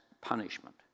punishment